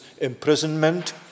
imprisonment